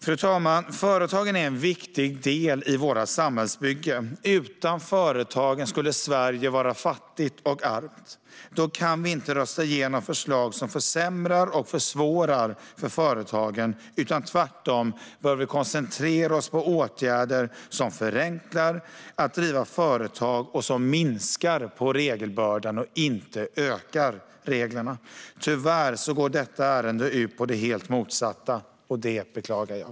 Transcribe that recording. Fru talman! Företagen är en viktig del i vårt samhällsbygge. Utan företagen skulle Sverige vara fattigt och armt. Då kan vi inte rösta igenom förslag som försämrar och försvårar för företagen. Vi bör tvärtom koncentrera oss på åtgärder som gör det enklare att driva företag och som minskar regelbördan. Reglerna ska inte bli fler. Tyvärr går detta ärende ut på det helt motsatta, och det beklagar jag.